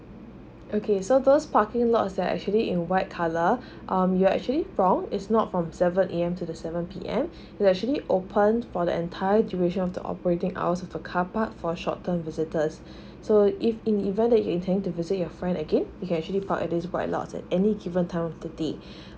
okay so those parking lots that's actually in white colour um you're actually from is not from seven A_M to the seven P_M it actually open for the entire duration of the operating hours for the carpark for short term visitors so if in the event that you intend to visit your friend again you can actually for at this white lots at any given time of the day